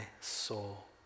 soul